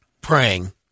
praying